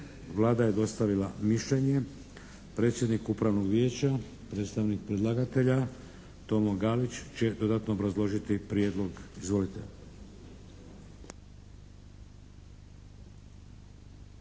Vlada je dostavila mišljenje. Predsjednik Upravnog vijeća, predstavnik predlagatelja, Tomo Galić će dodatno obrazložiti prijedlog. Izvolite.